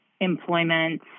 employment